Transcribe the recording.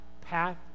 path